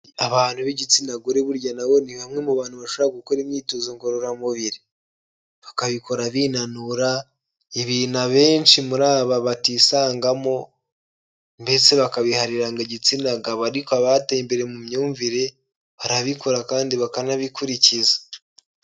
Abantu b'igitsina gore burya nabo ni bamwe mu bantu bashobora gukora imyitozo ngororamubiri, bakabikora binanura, ibintu abenshi muri aba batisangamo ndetse bakabiharira igitsina gabo ariko abateye imbere mu myumvire barabikora kandi bakanabikurikiza.